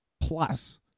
plus